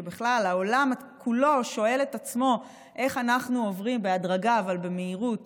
כשבכלל העולם כולו שואל את עצמו איך אנחנו עוברים בהדרגה אבל במהירות